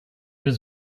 was